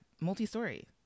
Multi-story